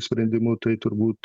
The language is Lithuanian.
sprendimų tai turbūt